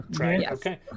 Okay